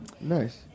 Nice